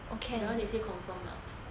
the one they say confirm mah